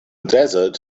desert